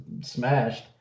smashed